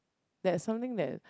that something that